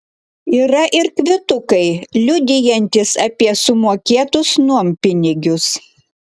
yra ir kvitukai liudijantys apie sumokėtus nuompinigius